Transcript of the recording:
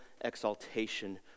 exaltation